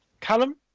Callum